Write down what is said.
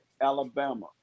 Alabama